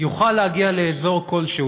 יוכל להגיע לאזור כלשהו,